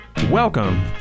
Welcome